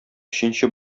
өченче